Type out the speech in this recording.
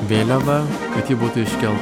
vėliavą kad ji būtų iškel